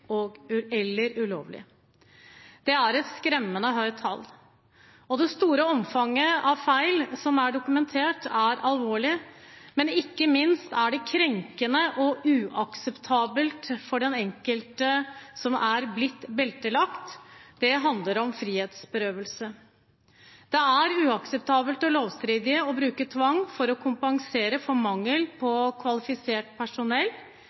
eller ulovlige. Det er et skremmende høyt tall. Det store omfanget av feil som er dokumentert, er alvorlig, men ikke minst er det krenkende og uakseptabelt for den enkelte som er blitt beltelagt. Det handler om frihetsberøvelse. Det er uakseptabelt og lovstridig å bruke tvang for å kompensere for mangel på kvalifisert personell